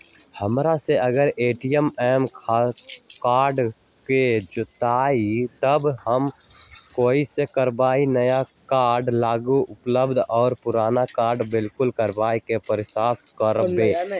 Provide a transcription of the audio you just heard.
हमरा से अगर ए.टी.एम कार्ड खो जतई तब हम कईसे करवाई नया कार्ड लागी अपील और पुराना कार्ड ब्लॉक करावे के प्रोसेस का बा?